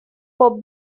for